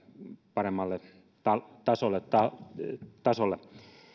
paremmalle tasolle tasolle